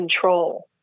control